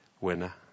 winner